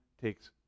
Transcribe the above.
takes